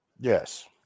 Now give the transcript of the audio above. Yes